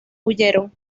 huyeron